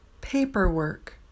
Paperwork